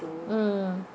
mm